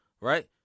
right